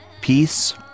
peace